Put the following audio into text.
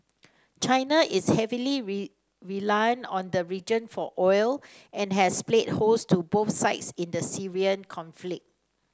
china is heavily reliant on the region for oil and has played host to both sides in the Syrian conflict